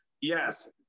yes